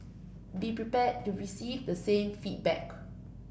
be prepared to receive the same feedback